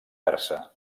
persa